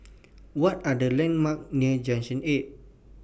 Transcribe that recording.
What Are The landmarks near Junction eight